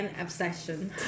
obsession